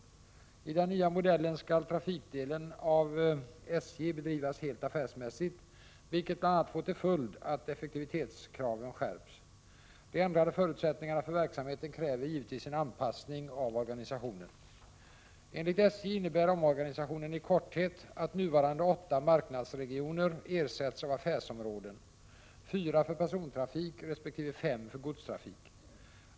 I den nya modellen skall trafikdelen av SJ bedrivas helt affärsmässigt, vilket bl.a. får till följd att effektivitetskraven skärps. De ändrade förutsättningarna för verksamheten kräver givetvis en anpassning av organisationen. Enligt SJ innebär omorganisationen i korthet att nuvarande åtta marknadsregioner ersätts av affärsområden — fyra för persontrafik resp. fem för godstrafik.